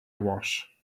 wash